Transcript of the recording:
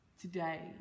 today